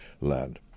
land